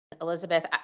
Elizabeth